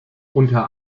unter